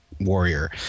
warrior